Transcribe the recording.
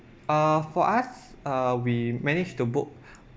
err for us uh we managed to book